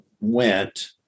went